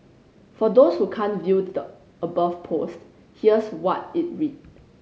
for those who can't view the above post here's what it read